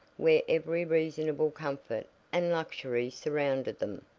where every reasonable comfort and luxury surrounded them,